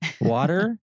Water